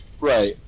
Right